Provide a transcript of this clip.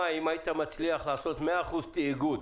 אם היית מצליח לעשות מאה אחוז תאגוד